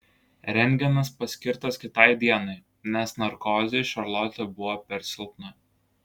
rentgenas paskirtas kitai dienai nes narkozei šarlotė buvo per silpna